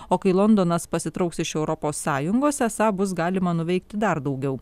o kai londonas pasitrauks iš europos sąjungos esą bus galima nuveikti dar daugiau